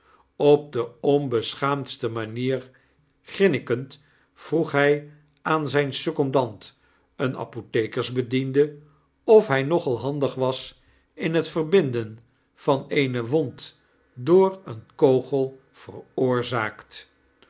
op de onbeschaamdste manier grinnikend vroeg hy aan zyn secondant een apothekersbediende of hy nogal handig was in het verbinden van eene wond door een kogel veroorzaakt